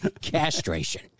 Castration